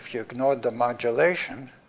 you ignored the modulation,